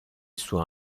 suo